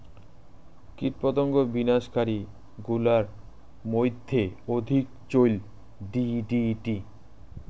কীটপতঙ্গ বিনাশ কারী গুলার মইধ্যে অধিক চৈল ডি.ডি.টি